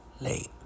Late